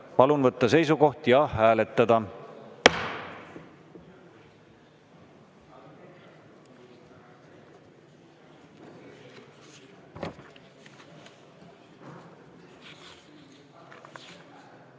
Palun võtta seisukoht ja hääletada!